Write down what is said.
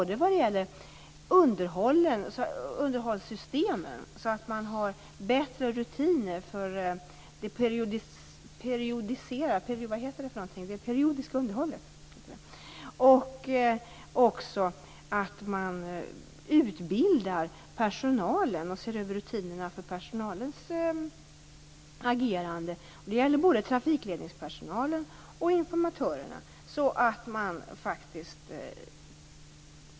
Det gäller underhållssystemen, så att man skall ha bättre rutiner för det periodiska underhållet, och det gäller utbildning av personalen och att man ser över rutinerna för personalens agerande. Det gäller både trafikledningspersonal och informatörer.